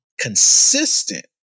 consistent